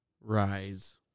rise